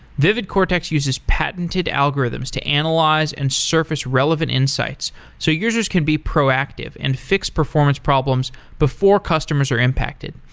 vividcortex uses patented algorithms to analyze and surface relevant insights so users can be proactive and fix performance problems before customers are impacted.